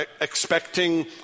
expecting